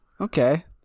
Okay